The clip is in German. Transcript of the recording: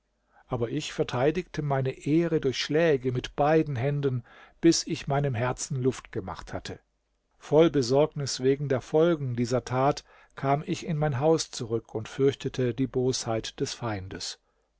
aber ich verteidigte meine ehre durch schläge mit beiden händen bis ich meinem herzen luft gemacht hatte voll besorgnis wegen der folgen dieser tat kam ich in mein haus zurück und fürchtete die bosheit des feindes